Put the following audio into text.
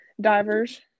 divers